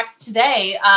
today